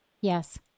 Yes